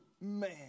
man